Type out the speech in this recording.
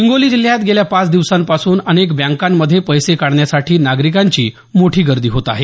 हिंगोली जिल्ह्यात गेल्या पाच दिवसांपासून अनेक बँकांमध्ये पैसे काढण्यासाठी नागरिकांची मोठी गर्दी होत आहे